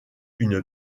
une